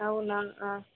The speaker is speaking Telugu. అవునా